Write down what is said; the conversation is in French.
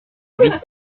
lyon